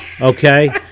okay